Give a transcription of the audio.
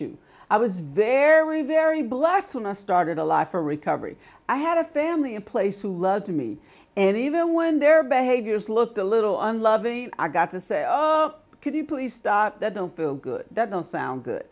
you i was very very blessed when i started a life for recovery i had a family in place who loved me and even when their behaviors looked a little unloving i got to say oh oh could you please stop that don't feel good that don't sound good